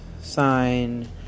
sign